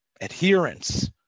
adherence